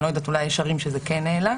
אני לא יודעת, אולי יש ערים שזה כן העלה.